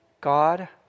God